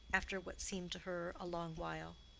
after what seemed to her a long while.